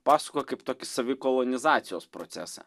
pasakoja kaip tokį savikolonizacijos procesą